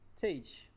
teach